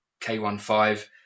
K15